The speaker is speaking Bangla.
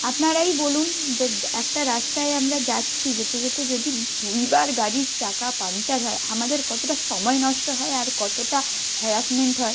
আপনারাই বলুন যে একটা রাস্তায় আমরা যাচ্ছি যেতে যেতে যদি দুইবার গাড়ির চাকা পাংচার হয় আমাদের কতোটা সময় নষ্ট হয় আর কতোটা হ্যারাসমেন্ট হয়